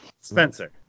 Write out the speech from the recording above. Spencer